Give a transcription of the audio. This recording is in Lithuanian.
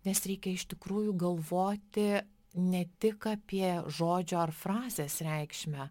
nes reikia iš tikrųjų galvoti ne tik apie žodžio ar frazės reikšmę